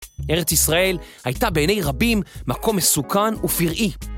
ארץ ישראל הייתה בעיני רבים מקום מסוכן ופיראי.